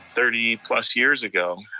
thirty plus years ago.